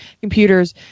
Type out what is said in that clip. computers